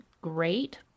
great